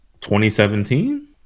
2017